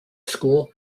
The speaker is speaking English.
school